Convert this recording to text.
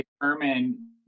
determine